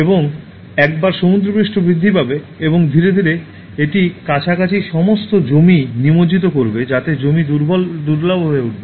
এবং একবার সমুদ্রপৃষ্ঠ বৃদ্ধি পাবে এবং ধীরে ধীরে এটি কাছাকাছি সমস্ত জমি নিমজ্জিত করবে যাতে জমি খুব দুর্লভ হয়ে উঠবে